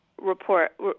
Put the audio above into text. Report